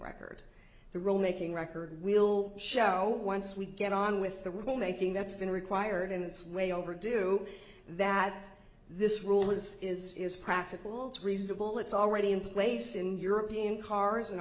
records the roll making record will show once we get on with the only thing that's been required and it's way overdue that this rule is is is practical it's reasonable it's already in place in european cars and